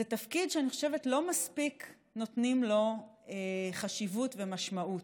זה תפקיד שאני חושבת שלא מספיק נותנים לו חשיבות ומשמעות.